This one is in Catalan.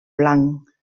blanc